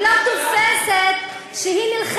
של המדינה שלנו, לא שלך.